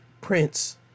Prince